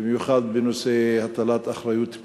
במיוחד בנושא הטלת אחריות פלילית.